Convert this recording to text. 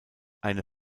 eine